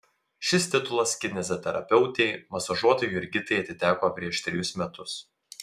šis titulas kineziterapeutei masažuotojai jurgitai atiteko prieš trejus metus